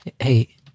Hey